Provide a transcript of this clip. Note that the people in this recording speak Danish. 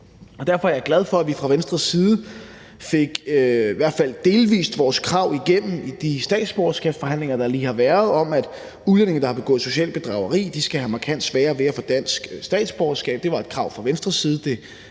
derfor er jeg glad for, at vi fra Venstres side fik, i hvert fald delvis, vores krav igennem i de statsborgerskabsforhandlinger, der lige har været, om, at udlændinge, der begår socialt bedrageri, skal have markant sværere ved at få dansk statsborgerskab. Det var et krav fra Venstres side,